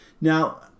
Now